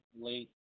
late